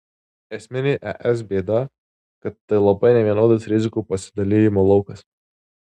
esminė es bėda kad tai labai nevienodas rizikų pasidalijimo laukas